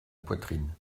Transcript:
poitrine